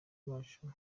wacu